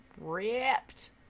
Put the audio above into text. ripped